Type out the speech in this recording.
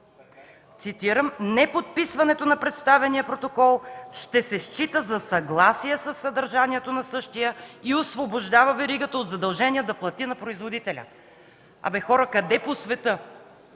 цитирам: „Неподписването на представения протокол ще се счита за съгласие със съдържанието на същия и освобождава веригата от задължение да плати на производителя”. Абе, хора, къде по света